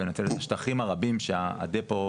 לנצל את השטחים הרבים שהדיפו,